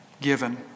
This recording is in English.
given